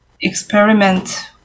experiment